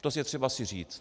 To je třeba si říct.